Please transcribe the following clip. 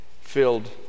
filled